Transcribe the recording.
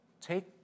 take